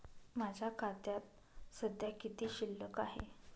माझ्या खात्यात सध्या किती शिल्लक आहे?